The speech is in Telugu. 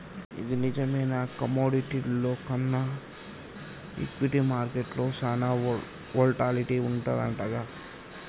ఇది నిజమేనా కమోడిటీల్లో కన్నా ఈక్విటీ మార్కెట్లో సాన వోల్టాలిటీ వుంటదంటగా